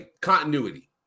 continuity